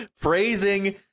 praising